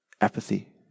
apathy